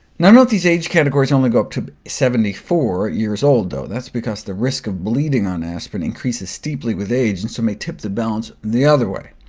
and note these age categories only go up to seventy four years old, though. that's because the risk of bleeding on aspirin increases steeply with age and so, may tip the balance the other way.